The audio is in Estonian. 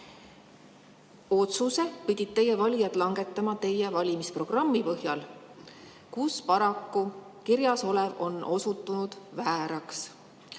Otsuse pidid teie valijad langetama teie valimisprogrammi põhjal, kus kirjas olev on paraku osutunud vääraks.